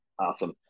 Awesome